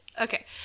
Okay